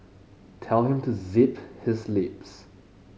tell him to zip his lips